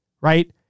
right